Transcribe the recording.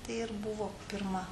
tai ir buvo pirma